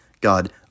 God